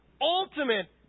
ultimate